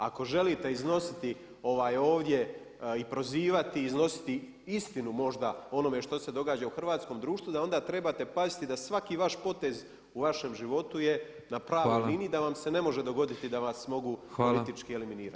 Ako želite iznositi ovdje i prozivati i iznositi istinu možda o onome što se događa u hrvatskom društvu da onda trebate paziti da svaki vaš potez u vašem životu je na pravoj liniji i da vam se ne može dogoditi da vas mogu politički eliminirati.